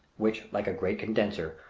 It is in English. which, like a great condenser,